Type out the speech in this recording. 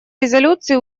резолюции